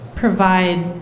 provide